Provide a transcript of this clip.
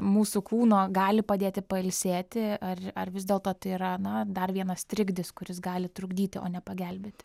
mūsų kūno gali padėti pailsėti ar ar vis dėlto tai yra na dar vienas trikdis kuris gali trukdyti o ne pagelbėti